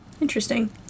Interesting